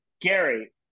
Gary